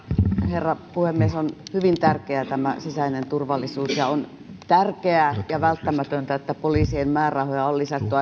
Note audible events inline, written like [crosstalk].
herra puhemies on hyvin tärkeää tämä sisäinen turvallisuus ja on tärkeää ja välttämätöntä että poliisien määrärahoja on lisätty [unintelligible]